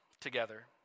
together